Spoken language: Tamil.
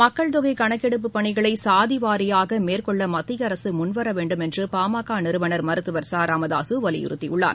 மக்கள்தொகை கணக்கெடுப்பு பணிகளை சாதி வாரியாக மேற்கொள்ள மத்திய அரசு முன்வரவேண்டும் என்று பா ம க நிறுவனர் மருத்துவர் ச ராமதாசு வலியுறத்தியுள்ளார்